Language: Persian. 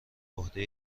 عهده